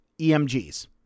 EMGs